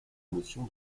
notion